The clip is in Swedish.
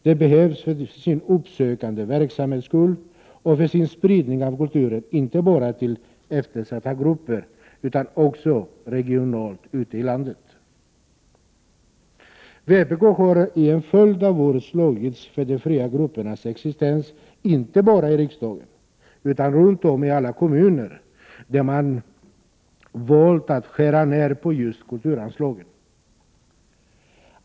De behövs för sin uppsökande verksamhets skull och för sin spridning av kulturen inte bara till eftersatta grupper, utan också regionalt ute i landet. Vpk har under en följd av år slagits för de fria gruppernas existens, inte bara i riksdagen, utan runt om i alla kommuner där man valt att skära ned på just kulturanslagen.